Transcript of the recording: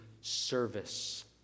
service